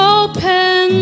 open